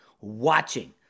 watching